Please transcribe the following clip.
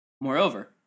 Moreover